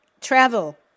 travel